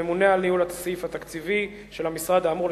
הממונה על ניהול הסעיף התקציבי של המשרד האמור,